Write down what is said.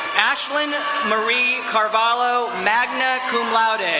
ashlyn marie carvallo, magna cum laude.